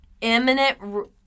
imminent